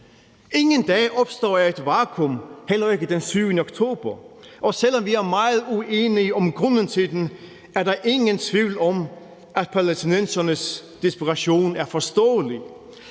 Ingen dag opstår i et vakuum, heller ikke den 7. oktober. Og selv om vi er meget uenige om grunden til den, er der ingen tvivl om, at palæstinensernes desperation er forståelig.